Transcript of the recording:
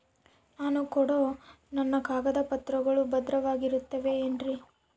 ನಾನು ಕೊಡೋ ನನ್ನ ಕಾಗದ ಪತ್ರಗಳು ಭದ್ರವಾಗಿರುತ್ತವೆ ಏನ್ರಿ?